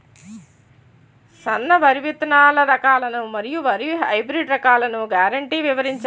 సన్న వరి విత్తనాలు రకాలను మరియు వరి హైబ్రిడ్ రకాలను గ్యారంటీ వివరించండి?